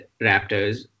Raptors